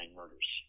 murders